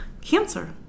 Cancer